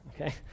Okay